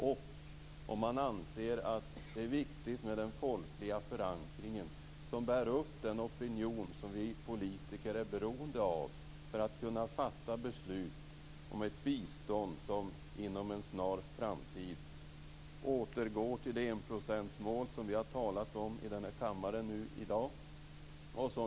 Detsamma gäller för den som anser att det är viktigt med en folklig förankring, den opinion som vi politiker är beroende av för att kunna fatta beslut om ett bistånd som inom en snar framtid återgår till det enprocentsmål som vi har talat om i kammaren i dag.